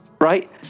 right